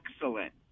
excellent